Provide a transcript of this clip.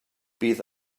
bydd